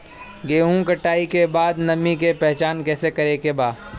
गेहूं कटाई के बाद नमी के पहचान कैसे करेके बा?